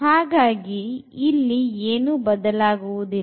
ಹಾಗಾಗಿ ಇಲ್ಲಿ ಏನೂ ಬದಲಾಗುವುದಿಲ್ಲ